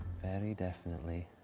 very definitely.